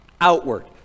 outward